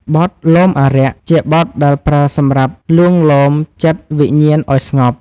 បទលោមអារក្ស ជាបទដែលប្រើសម្រាប់លួងលោមចិត្តវិញ្ញាណឱ្យស្ងប់។